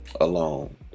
alone